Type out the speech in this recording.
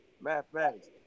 mathematics